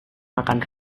makan